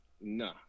Nah